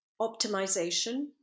optimization